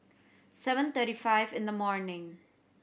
seven thirty five in the morning